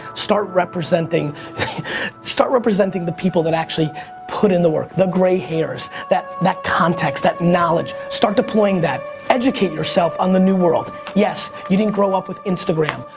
start representing start representing the people that actually put in the work, the gray hairs that that context that knowledge. start deploying that. educate yourself on the new world. yes, you didn't grow up with instagram.